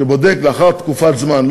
שבודק לאחר תקופת זמן,